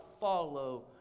follow